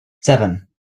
seven